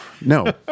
No